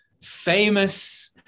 famous